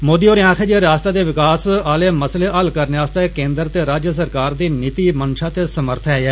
मोदी होरें आक्खेआ जे रियासता दे विकास आले मसले हल करने आस्तै केंद्र ते राज्य सरकार दी नीति मंशा ते समर्थ ऐ